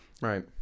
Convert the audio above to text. Right